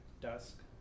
dusk